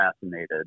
fascinated